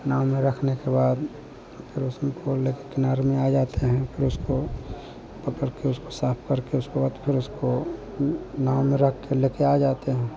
नाव में रखने के बाद फिर उसमें किनारे में आ जाते हैं फिर उसको पकड़कर उसको साफ करके उसके बाद फिर उसको नाव में रखकर लेकर आ जाते हैं